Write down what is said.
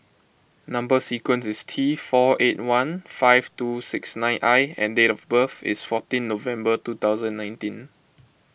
Number Sequence is T four eight one five two six nine I and date of birth is fourteen November two thousand and nineteen